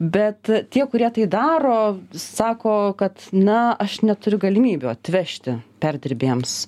bet tie kurie tai daro sako kad na aš neturiu galimybių atvežti perdirbėjams